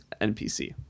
NPC